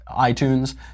iTunes